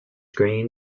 green